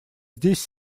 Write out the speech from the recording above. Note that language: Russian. здесь